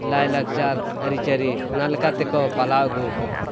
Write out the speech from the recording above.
ᱞᱟᱭᱼᱞᱟᱠᱪᱟᱨ ᱟᱹᱨᱤᱼᱪᱟᱹᱞᱤ ᱚᱱᱟ ᱞᱮᱠᱟᱛᱮ ᱠᱚ ᱯᱟᱞᱟᱣ ᱟᱹᱜᱩᱣᱠᱟᱜᱼᱟ